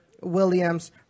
Williams